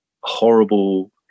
horrible